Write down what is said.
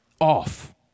off